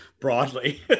broadly